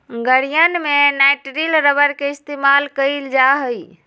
गड़ीयन में nitrile rubber के इस्तेमाल कइल जा हई